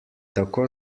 tako